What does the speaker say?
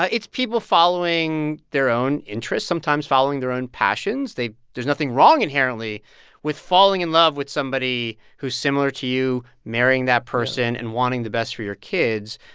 ah it's people following their own interests, sometimes following their own passions. there's nothing wrong inherently with falling in love with somebody who's similar to you, marrying that person and wanting the best for your kids.